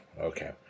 Okay